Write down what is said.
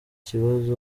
kibazo